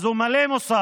אז הוא מלא מוסר.